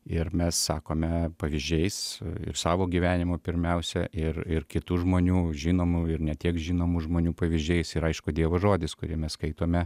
ir mes sakome pavyzdžiais ir savo gyvenimo pirmiausia ir ir kitų žmonių žinomų ir ne tiek žinomų žmonių pavyzdžiais ir aišku dievo žodis kurį mes skaitome